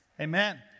amen